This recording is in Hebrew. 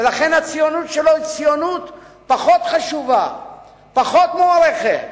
ולכן הציונות שלו היא ציונות פחות חשובה ופחות מוערכת.